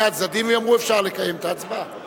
שני הצדדים ויאמרו: אפשר לקדם את ההצבעה.